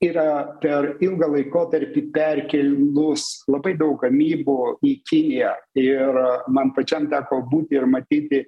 yra per ilgą laikotarpį perkėlus labai daug gamybų į kiniją ir man pačiam teko būti ir matyti